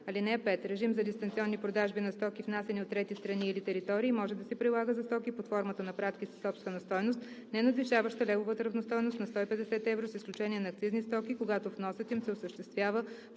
„(5) Режим за дистанционни продажби на стоки, внасяни от трети страни или територии, може да се прилага за стоки под формата на пратки със собствена стойност, ненадвишаваща левовата равностойност на 150 евро, с изключение на акцизни стоки, когато вносът им се осъществява